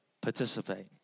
Participate